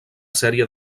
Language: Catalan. sèrie